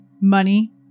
money